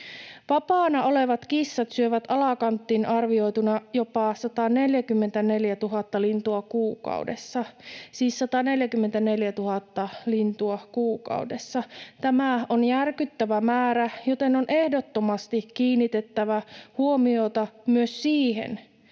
Vapaana olevat kissat syövät alakanttiin arvioituna jopa 144 000 lintua kuukaudessa — siis 144 000 lintua kuukaudessa. Tämä on järkyttävä määrä, joten on ehdottomasti kiinnitettävä huomiota myös siihen,